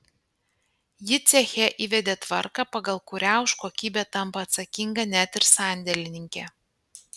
ji ceche įvedė tvarką pagal kurią už kokybę tampa atsakinga net ir sandėlininkė